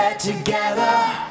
Together